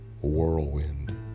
whirlwind